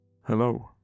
Hello